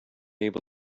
able